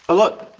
ah look.